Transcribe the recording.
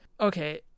Okay